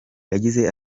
yagize